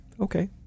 okay